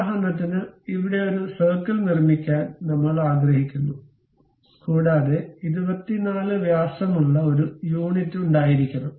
ഉദാഹരണത്തിന് ഇവിടെ ഒരു സർക്കിൾ നിർമ്മിക്കാൻ നമ്മൾ ആഗ്രഹിക്കുന്നു കൂടാതെ 24 വ്യാസമുള്ള ഒരു യൂണിറ്റ് ഉണ്ടായിരിക്കണം